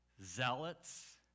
zealots